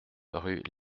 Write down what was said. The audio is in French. rue